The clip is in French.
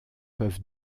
peuvent